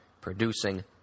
producing